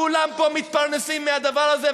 כולם פה מתפרנסים מהדבר הזה,